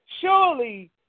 surely